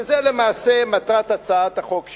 שהוא למעשה מטרת הצעת החוק שלי.